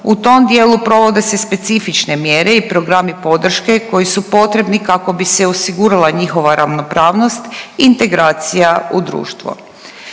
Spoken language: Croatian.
U tom dijelu provode se specifične mjere i programi podrške koji su potrebni kako bi se osigurala njihova ravnopravnost, integracija u društvo.